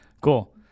cool